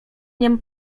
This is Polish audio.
niem